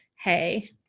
Hey